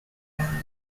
around